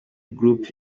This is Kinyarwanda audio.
group